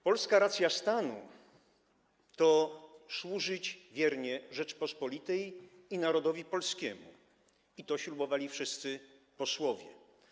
Polską racją stanu jest służyć wiernie Rzeczypospolitej i narodowi polskiemu, i to ślubowali wszyscy posłowie.